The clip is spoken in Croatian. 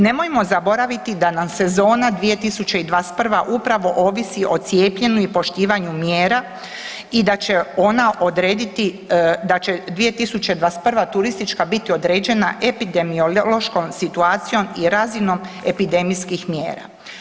Nemojmo zaboraviti da nam sezona 2021. upravo ovisi o cijepljenju i poštivanju mjera i da će ona odrediti, da će 2021. turistička biti određena epidemiološkom situacijom i razinom epidemijskih mjera.